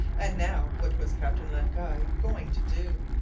and now, what was captain len guy going to do?